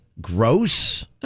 gross